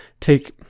take